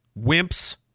Wimps